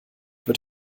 wird